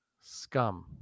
scum